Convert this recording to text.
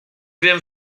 wiem